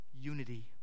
Unity